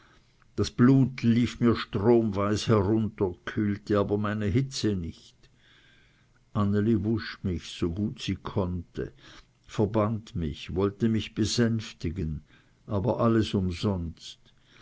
das blut lief mir stromweis herunter kühlte aber meine hitze nicht anneli wusch mich so gut sie konnte verband mich wollte mich besänftigen aber alles umsonst